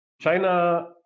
China